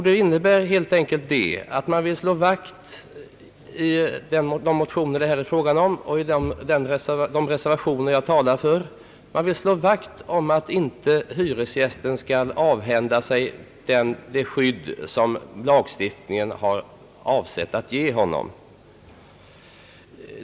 De innebär helt enkelt, att man i de motioner det här är fråga om och i de reservationer, som jag talar för, vill slå vakt om principen att hyresgästen inte skall avhända sig det skydd som lagstiftningen har avsett att ge honom.